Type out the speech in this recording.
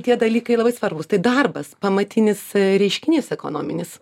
tie dalykai labai svarbūs tai darbas pamatinis reiškinys ekonominis